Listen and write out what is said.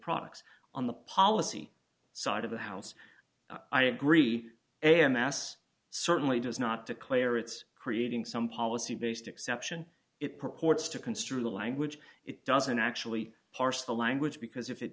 products on the policy side of the house i agree am mass certainly does not declare it's creating some policy based exception it purports to construe the language it doesn't actually parse the language because if it